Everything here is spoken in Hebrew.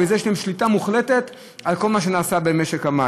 ובזה יש להם שליטה מוחלטת על כל מה שנעשה במשק המים,